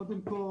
קודם כל